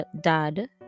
dad